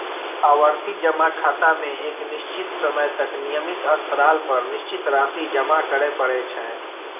आवर्ती जमा खाता मे एक निश्चित समय तक नियमित अंतराल पर निश्चित राशि जमा करय पड़ै छै